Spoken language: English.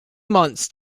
months